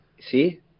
See